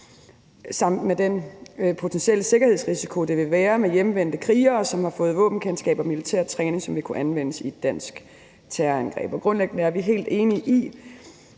vil være en potentiel sikkerhedsrisiko med hjemvendte krigere, som har fået våbenkendskab og militær træning, som vil kunne anvendes i et terrorangreb i Danmark. Grundlæggende er vi helt enige i,